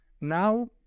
Now